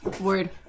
word